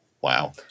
Wow